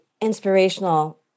inspirational